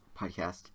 podcast